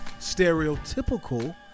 Stereotypical